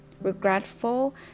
regretful